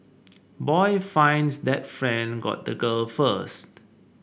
boy finds that friend got the girl first